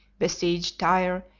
besieged tyre,